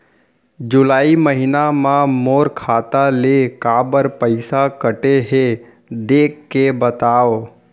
जुलाई महीना मा मोर खाता ले काबर पइसा कटे हे, देख के बतावव?